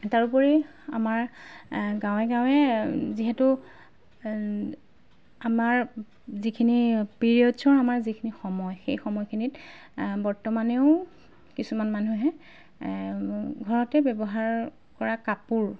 তাৰোপৰি আমাৰ গাঁৱে গাঁৱে যিহেতু আমাৰ যিখিনি পিৰিয়ডছৰ আমাৰ যিখিনি সময় সেই সময়খিনিত বৰ্তমানেও কিছুমান মানুহে ঘৰতে ব্যৱহাৰ কৰা কাপোৰ